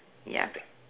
ya